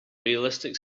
realistic